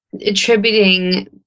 attributing